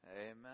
Amen